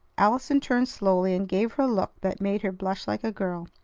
allison turned slowly, and gave her a look that made her blush like a girl.